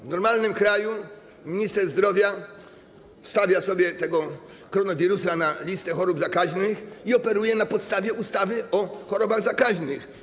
W normalnym kraju minister zdrowia wstawia sobie tego koronawirusa na listę chorób zakaźnych i operuje na podstawie ustawy o chorobach zakaźnych.